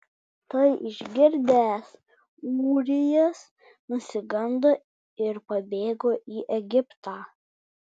tai išgirdęs ūrijas nusigando ir pabėgo į egiptą